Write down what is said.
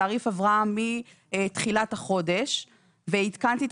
תעריף הבראה מתחילת החודש ועדכנתי את